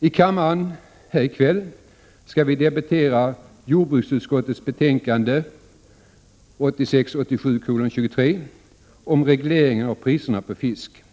I kammaren skall vi i kväll debattera jordbruksutskottets betänkande 1986/87:23 om reglering av priserna på fisk.